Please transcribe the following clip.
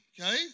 okay